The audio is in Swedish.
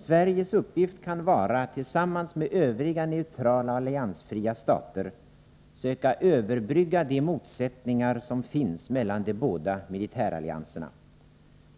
Sveriges uppgift kan vara att tillsammans med övriga neutrala och alliansfria stater söka överbrygga de motsättningar som finns mellan de båda militärallianserna.